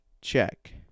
check